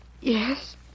Yes